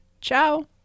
Ciao